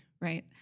right